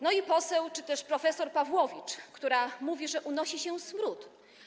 No i poseł czy też prof. Pawłowicz, która mówiła, że unosi się smród.